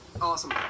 Awesome